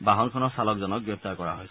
বাহনখনৰ চালকজনক গ্ৰেপ্তাৰ কৰা হৈছে